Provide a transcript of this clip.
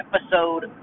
episode